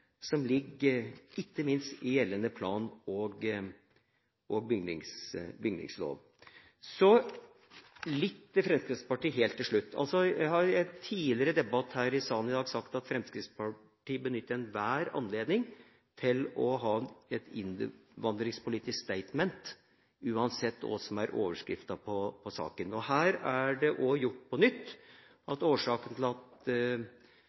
som ligger i gjeldende plan- og bygningslov. Så litt til Fremskrittspartiet helt til slutt. Jeg har i en tidligere debatt her i salen i dag sagt at Fremskrittspartiet benytter enhver anledning til å ha et innvandringspolitisk «statement» uansett hva som er overskriften på saka. Her blir det også gjort på nytt. De mener at årsaken til at